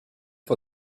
for